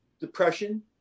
depression